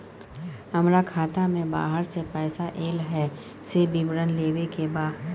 हमरा खाता में बाहर से पैसा ऐल है, से विवरण लेबे के बा?